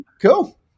Cool